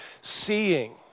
seeing